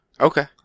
Okay